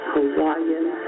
Hawaiian